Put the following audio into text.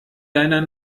deiner